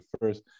first